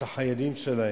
את החיילים שלהם,